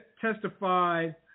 testified